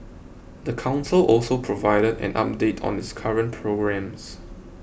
the council also provided an update on its current programmes